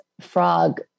frog